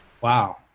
wow